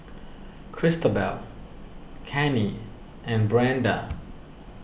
Cristobal Cannie and Brenda